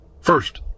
first